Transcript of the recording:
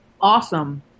Awesome